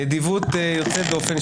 נדיבות יוצאת דופן,